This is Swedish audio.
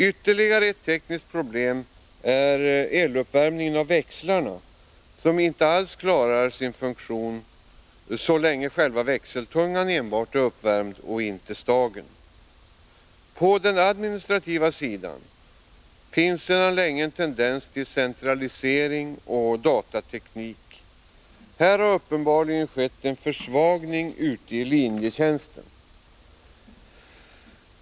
Ytterligare ett tekniskt problem är de eluppvärmda växlarna, som inte alls klarar sin funktion så länge enbart själva växeltungen är uppvärmd men inte stagen. På den administrativa sidan finns sedan länge en tendens till centralisering och användande av datateknik. Här har uppenbarligen skett en försvagning ute i linjetjänsten.